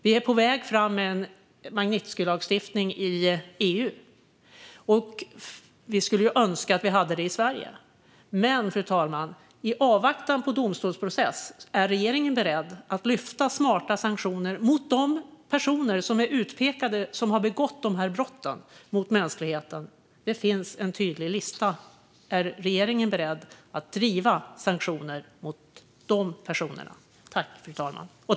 Vi är på väg fram med en Magnitskijlagstiftning i EU. Vi skulle önska att vi hade det i Sverige. Fru talman! I avvaktan på domstolsprocess, är regeringen beredd att lyfta fram frågan om smarta sanktioner mot de personer som är utpekade som de som har begått brotten mot mänskligheten? Det finns en tydlig lista. Är regeringen beredd att driva sanktioner mot de personerna?